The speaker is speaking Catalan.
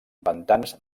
pantans